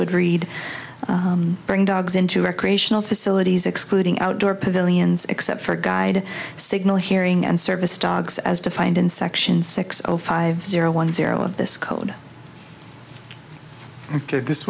would read bring dogs into recreational facilities excluding outdoor pavilions except for guide signal hearing and service dogs as defined in section six zero five zero one zero of this code this